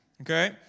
Okay